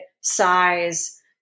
size